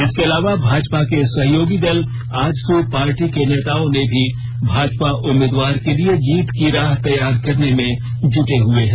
इसके अलावा भाजपा के सहयोगी दल आजसू पार्टी के नेताओं ने भी भाजपा उम्मीदवारों के लिए जीत की राह तैयार करने में जुटे हुए हैं